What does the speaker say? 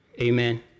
Amen